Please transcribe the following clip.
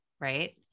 Right